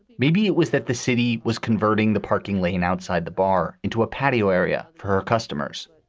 maybe it was that the city was converting the parking lane outside the bar into a patio area for her customers.